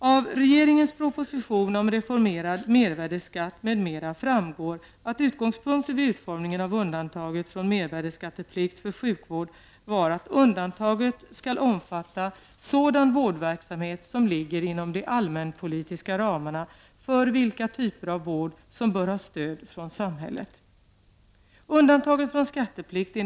Av regeringens proposition 1989/90:111 om reformerad mervärdeskatt m.m. framgår att utgångspunkten vid utformningen av undantaget från mervärdeskatteplikt för sjukvård var att undantaget skall omfatta sådan vårdverksamhet som ligger inom de allmänpolitiska ramarna för vilka typer av vård som bör ha stöd från samhället.